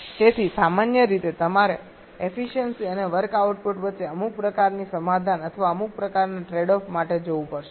તેથી સામાન્ય રીતે તમારે એફિસયન્સિ અને વર્ક આઉટપુટ વચ્ચે અમુક પ્રકારની સમાધાન અથવા અમુક પ્રકારના ટ્રેડ ઓફ માટે જવું પડશે